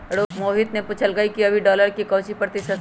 मोहित ने पूछल कई कि अभी डॉलर के काउची प्रतिशत है?